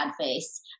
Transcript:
face